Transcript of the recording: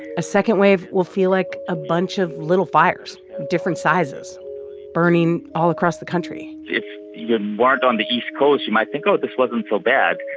a second wave will feel like a bunch of little fires of different sizes burning all across the country if you weren't on the east coast, you might think, oh, this wasn't so bad.